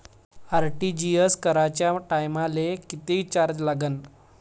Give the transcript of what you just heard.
RTGS कराच्या टायमाले किती चार्ज लागन?